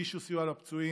שהגישו סיוע לפצועים,